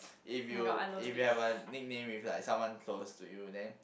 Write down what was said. if you if you have a nickname with like someone close to you then